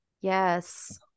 Yes